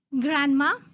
Grandma